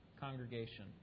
congregation